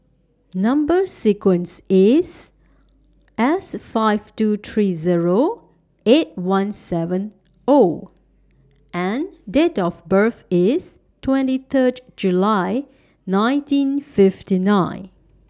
Number sequence IS S five two three Zero eight one seven O and Date of birth IS twenty Third July nineteen fifty nine